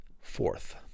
fourth